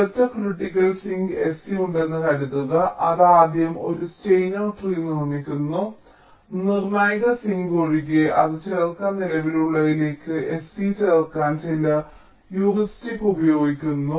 ഒരൊറ്റ critical sink sc ഉണ്ടെന്ന് കരുതുക അത് ആദ്യം ഒരു സ്റ്റെയിനർ ട്രീ നിർമ്മിക്കുന്നു നിർണായക സിങ്ക് ഒഴികെ അത് ചേർക്കാൻ നിലവിലുള്ളതിലേക്ക് sc ചേർക്കാൻ ചില ഹ്യൂറിസ്റ്റിക് ഉപയോഗിക്കുന്നു